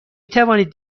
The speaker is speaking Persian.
توانید